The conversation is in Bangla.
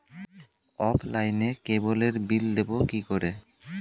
অফলাইনে ক্যাবলের বিল দেবো কি করে?